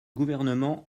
gouvernement